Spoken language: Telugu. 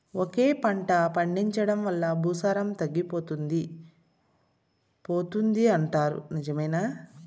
ఒకే పంట పండించడం వల్ల భూసారం తగ్గిపోతుంది పోతుంది అంటారు నిజమేనా